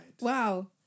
Wow